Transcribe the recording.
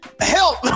help